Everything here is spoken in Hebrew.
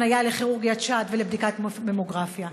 הפניה לכירורגיית שד ובדיקת ממוגרפיה,